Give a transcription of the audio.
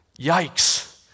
Yikes